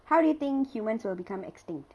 how do you think humans will become extinct